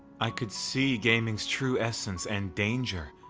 i could see gaming's true essence and danger,